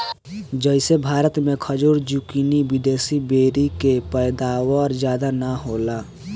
जइसे भारत मे खजूर, जूकीनी, विदेशी बेरी के पैदावार ज्यादा ना होला